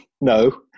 No